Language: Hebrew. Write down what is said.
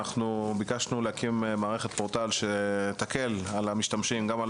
אנחנו ביקשנו להקים מערכת פורטל שתקל על המשתמשים גם על